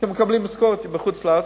כי הם מקבלים משכורת בחוץ-לארץ.